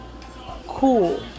cool